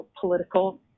political